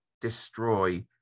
destroy